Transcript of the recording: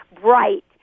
bright